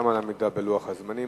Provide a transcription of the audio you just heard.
גם על העמידה בלוח הזמנים.